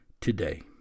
today